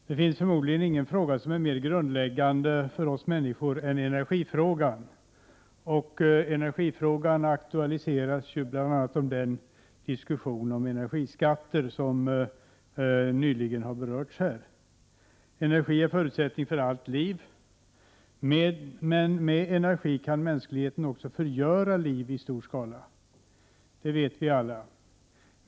Herr talman! Det finns förmodligen ingen fråga som är mer grundläggande för oss människor än energifrågan. Energifrågan aktualiseras ju bl.a. av den diskussion om energiskatter som nyligen har berörts här. Energi är förutsättningen för allt liv. Men med energi kan mänskligheten också förgöra liv i stor skala. Det vet vi alla.